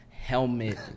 helmet